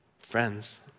Friends